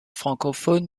francophones